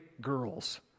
girls